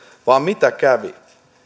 vaan mitä kävi